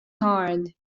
hard